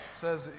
says